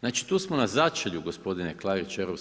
Znači tu smo na začelju, gospodine Klarić, EU,